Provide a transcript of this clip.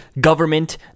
government